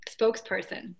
spokesperson